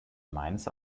meines